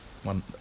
one